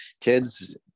kids